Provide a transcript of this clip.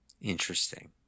interesting